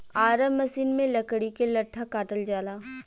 आरा मसिन में लकड़ी के लट्ठा काटल जाला